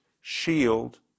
shield